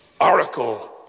Oracle